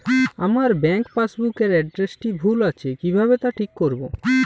আমার bank passbook এর এড্রেসটি ভুল আছে কিভাবে তা ঠিক করবো?